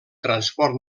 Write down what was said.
transport